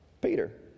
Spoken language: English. Peter